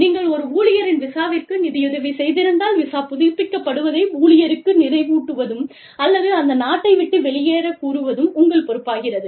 நீங்கள் ஒரு ஊழியரின் விசாவிற்கு நிதியுதவி செய்திருந்தால் விசா புதுப்பிக்கப்படுவதை ஊழியருக்கு நினைவூட்டுவதும் அல்லது அந்த நாட்டை விட்டு வெளியேறக் கூறுவதும் உங்கள் பொறுப்பாகிறது